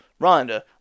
Rhonda